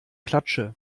klatsche